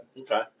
Okay